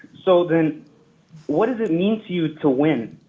so then what does it mean to you to win?